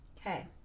Okay